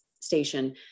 station